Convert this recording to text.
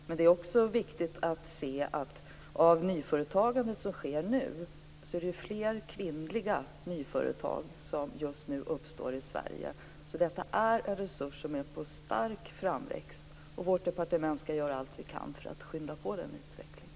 Men det är också viktigt att se att av det nyföretagande som sker nu är det flera nya företag som just nu startas av kvinnor i Sverige. Detta är en resurs som är på stark framväxt, och vi i vårt departement skall göra allt vi kan för att skynda på den utvecklingen.